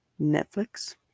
netflix